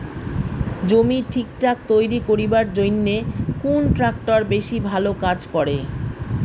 জমি ঠিকঠাক তৈরি করিবার জইন্যে কুন ট্রাক্টর বেশি ভালো কাজ করে?